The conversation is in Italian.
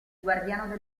guardiano